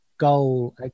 goal